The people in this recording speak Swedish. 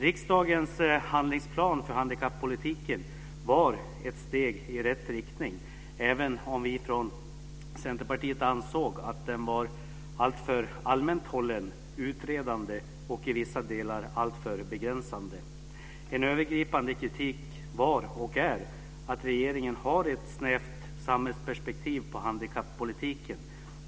Riksdagens handlingsplan för handikappolitiken var ett steg i rätt riktning, även om vi från Centerpartiet ansåg att den var alltför allmänt hållen, utredande och i vissa delar alltför begränsande. En övergripande kritik var och är att regeringen har ett snävt samhällsperspektiv på handikappolitiken.